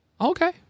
okay